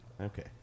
Okay